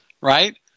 right